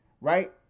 right